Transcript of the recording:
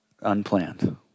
unplanned